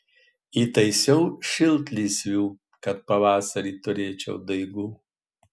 įtaisiau šiltlysvių kad pavasarį turėčiau daigų